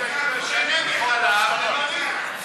תשנה מחלב למריר.